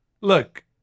Look